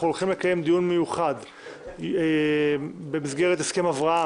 הולכים לקיים דיון מיוחד על הסכם אברהם,